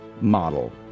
model